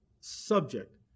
subject